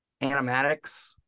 animatics